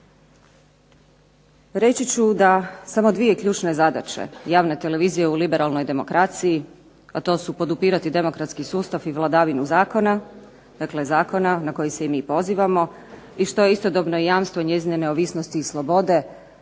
Reći ću da samo dvije ključne zadaće javne televizije u liberalnoj demokraciji, a to su podupirati demokratski sustav i vladavinu zakona, dakle zakona na koji se i mi pozivamo i što je istodobno jamstvo i njezine neovisnosti i slobode,